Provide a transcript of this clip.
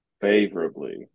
Favorably